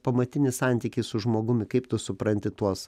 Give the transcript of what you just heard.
pamatinis santykis su žmogumi kaip tu supranti tuos